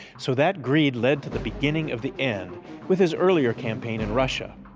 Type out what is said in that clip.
so that greed led to the beginning of the end with his earlier campaign in russia.